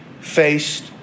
faced